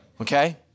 okay